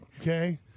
okay